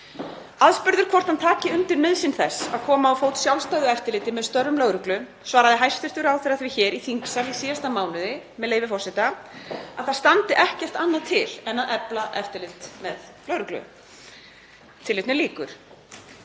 Spurður hvort hann tæki undir nauðsyn þess að koma á fót sjálfstæðu eftirliti með störfum lögreglu svaraði hæstv. ráðherra því hér í þingsal í síðasta mánuði, með leyfi forseta, að það standi „ekkert annað til en að efla eftirlit með lögreglu“. Í ljósi þess